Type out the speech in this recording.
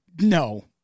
No